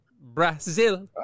Brazil